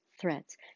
threats